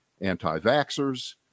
anti-vaxxers